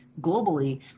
globally